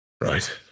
Right